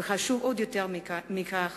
וחשוב עוד יותר מכך